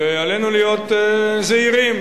ועלינו להיות זהירים,